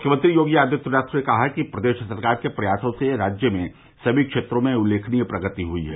मुख्यमंत्री योगी आदित्यनाथ ने कहा है कि प्रदेश सरकार के प्रयासों से राज्य में समी क्षेत्रों में उल्लेखनीय प्रगति हुई है